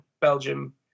Belgium